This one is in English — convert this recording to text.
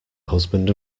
husband